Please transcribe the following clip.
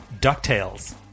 Ducktales